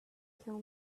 kill